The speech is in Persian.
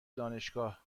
دانشگاه